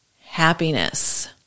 happiness